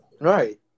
Right